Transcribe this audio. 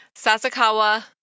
Sasakawa